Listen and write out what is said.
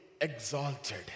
exalted